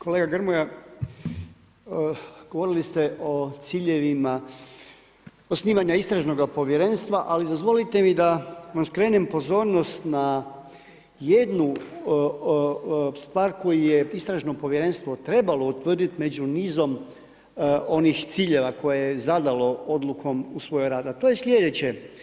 Kolega Grmoja, govorili ste o ciljevima osnivanja istražnoga povjerenstva, ali dozvolite mi da vam skrenem pozornost na jednu stvar koju je istražno povjerenstvo trebalo utvrdit među nizom onih ciljeva koje je zadalo odlukom u svoj rad, a to je sljedeće.